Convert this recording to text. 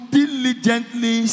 diligently